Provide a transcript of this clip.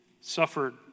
suffered